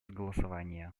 голосования